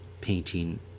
painting